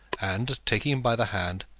and, taking him by the hand,